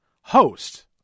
host